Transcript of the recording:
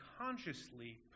consciously